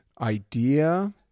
idea